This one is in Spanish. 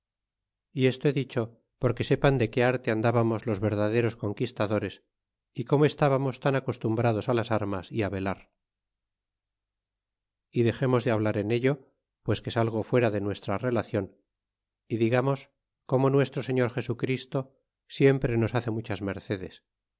y esto he dicho porque sepan de qué arte andábamos los verdaderos conquistadores y como estábamos tau acostumbrados las armas y á velar y dexemos de hablar en ello pues que salgo fuera de nuestra relacion y digamos como muestro señor jesu christo siempre nos hace muchas mercedes